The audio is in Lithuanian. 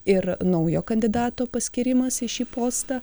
ir naujo kandidato paskyrimas į šį postą